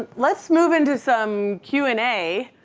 ah let's move into some q and a.